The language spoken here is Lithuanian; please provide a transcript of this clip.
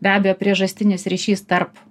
be abejo priežastinis ryšys tarp